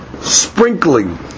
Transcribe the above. sprinkling